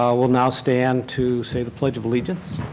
will now stand to say the pledge of allegiance.